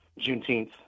Juneteenth